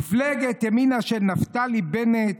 מפלגת ימינה של נפתלי בנט,